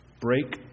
Break